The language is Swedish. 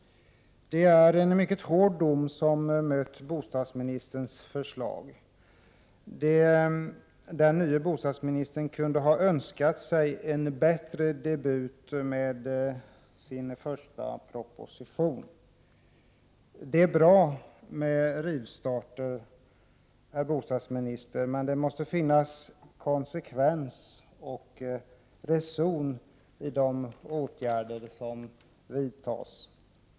Det är en mycket hård dom som mött bostadsministerns förslag. Den nye bostadsministern kunde ha önskat sig en bättre debut med sin första proposition. Det är bra med rivstarter, herr bostadsminister, men det måste finnas konsekvens och reson i de åtgärder som vidtas.